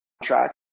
contract